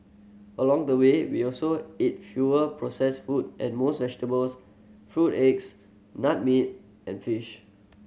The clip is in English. along the way we also ate fewer processed food and vegetables fruit eggs nut meat and fish